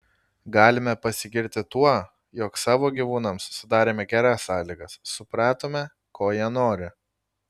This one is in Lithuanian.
galime pasigirti tuo jog savo gyvūnams sudarėme geras sąlygas supratome ko jie nori